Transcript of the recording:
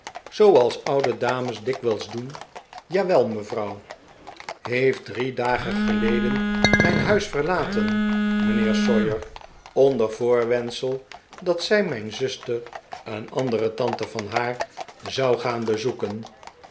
oude dames dikwijls doen jawel mevrouw heeft drie dagen geleden mijn huis verlaten mijnheer sawyer onder voorwendsel dat zij mijn zuster een andere tante van haar zou gaan bezoeken